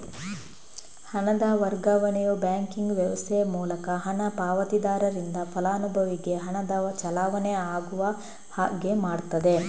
ಹಣದ ವರ್ಗಾವಣೆಯು ಬ್ಯಾಂಕಿಂಗ್ ವ್ಯವಸ್ಥೆಯ ಮೂಲಕ ಹಣ ಪಾವತಿದಾರರಿಂದ ಫಲಾನುಭವಿಗೆ ಹಣದ ಚಲಾವಣೆ ಆಗುವ ಹಾಗೆ ಮಾಡ್ತದೆ